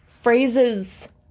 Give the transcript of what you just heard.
Phrases